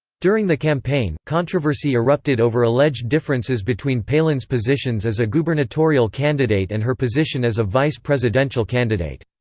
during the campaign, controversy erupted over alleged differences between palin's positions as a gubernatorial candidate and her position as a vice-presidential candidate.